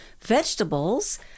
vegetables